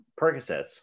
Percocets